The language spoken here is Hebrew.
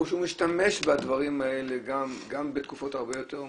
או שהוא משתמש בדברים האלה גם בתקופות הרבה יותר מאוחרות.